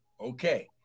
Okay